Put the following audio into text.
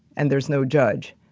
and there's no judge.